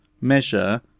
measure